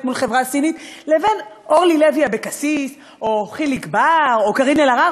מול חברה סינית לבין אורלי לוי אבקסיס או חיליק בר או קארין אלהרר